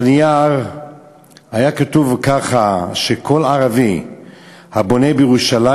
על הנייר היה כתוב שכל ערבי הבונה בירושלים